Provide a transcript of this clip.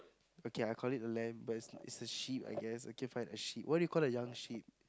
okay I call it a lamb but it's a sheep I guess okay fine a sheep what do you call a young sheep